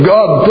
God